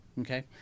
Okay